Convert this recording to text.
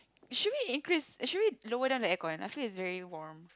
should we increase should we lower down the aircon I feel it's very warm